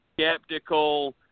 skeptical